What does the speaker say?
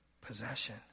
possession